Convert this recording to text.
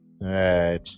Right